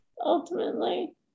ultimately